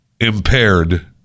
impaired